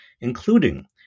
including